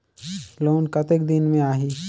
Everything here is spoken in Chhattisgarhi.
लोन कतेक दिन मे आही?